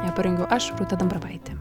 ją parengiau aš rūta dambravaitė